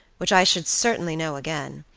which i should certainly know again,